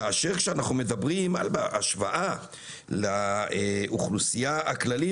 כאשר כשאנחנו מדברים על השוואה לאוכלוסייה הכללית,